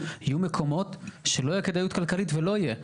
יהיו מקומות שלא יהיה כדאיות כלכלית ולא יהיה.